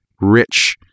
rich